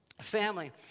family